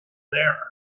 there